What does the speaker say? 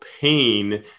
pain